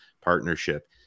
partnership